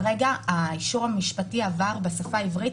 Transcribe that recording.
כרגע האישור המשפטי עבר בשפה העברית,